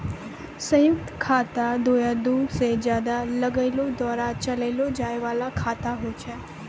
संयुक्त खाता दु या दु से ज्यादे लोगो द्वारा चलैलो जाय बाला खाता होय छै